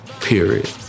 period